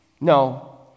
No